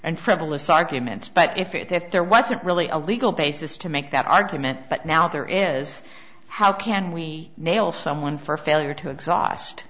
and frivolous arguments but if if there wasn't really a legal basis to make that argument but now there is how can we nail someone for failure to exhaust